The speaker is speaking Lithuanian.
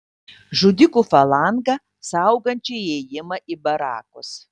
žudikų falangą saugančią įėjimą į barakus